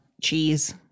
Cheese